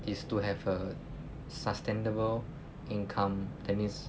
is to have a sustainable income that means